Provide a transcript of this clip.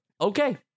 okay